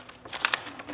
lut